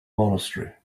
monastery